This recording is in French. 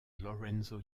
lorenzo